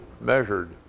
measured